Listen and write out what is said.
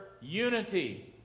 unity